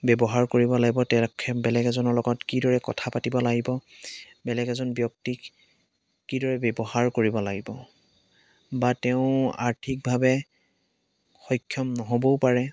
ব্যৱহাৰ কৰিব লাগিব তেখেত বেলেগ এজনৰ লগত কিদৰে কথা পাতিব লাগিব বেলেগ এজন ব্যক্তিক কিদৰে ব্যৱহাৰ কৰিব লাগিব বা তেওঁ আৰ্থিকভাৱে সক্ষম নহ'বও পাৰে